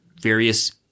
various